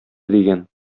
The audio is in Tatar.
дигән